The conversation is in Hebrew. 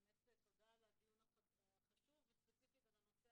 באמת תודה על הדיון החשוב וספציפית על הנושא